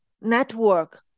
network